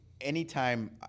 Anytime